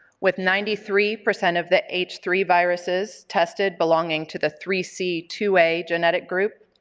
with ninety three percent of the h three viruses tested belong to the three c two a genetic group,